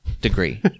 degree